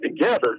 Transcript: together